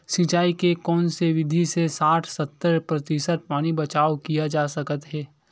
सिंचाई के कोन से विधि से साठ सत्तर प्रतिशत पानी बचाव किया जा सकत हे?